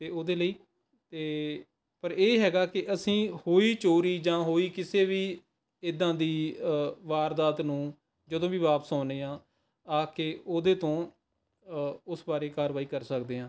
ਅਤੇ ਉਹਦੇ ਲਈ ਅਤੇ ਪਰ ਇਹ ਹੈਗਾ ਕਿ ਅਸੀਂ ਹੋਈ ਚੋਰੀ ਜਾਂ ਹੋਈ ਕਿਸੇ ਵੀ ਇੱਦਾਂ ਦੀ ਵਾਰਦਾਤ ਨੂੰ ਜਦੋਂ ਵੀ ਵਾਪਸ ਆਉਂਦੇ ਹਾਂ ਆ ਕੇ ਉਹਦੇ ਤੋਂ ਉਸ ਬਾਰੇ ਕਾਰਵਾਈ ਕਰ ਸਕਦੇ ਹਾਂ